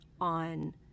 on